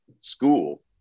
school